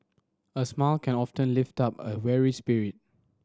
a smile can often lift up a weary spirit